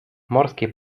morskie